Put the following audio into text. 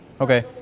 Okay